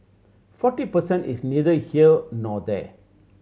forty per cent is neither here nor there